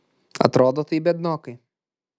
atrodo tai biednokai